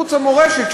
ערוץ המורשת,